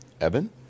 Evan